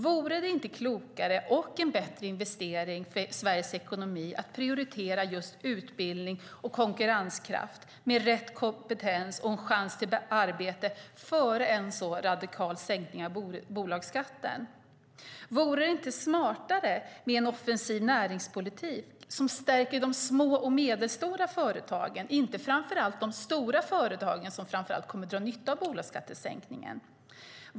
Vore det inte klokare och en bättre investering för Sveriges ekonomi att prioritera just utbildning och konkurrenskraft med rätt kompetens och chans till arbete före en så radikal sänkning av bolagsskatten? Vore det inte smartare med en offensiv näringspolitik som stärker de små och medelstora företagen, inte framför allt de stora bolagen som ju kommer att dra nytta av bolagsskattesänkningen?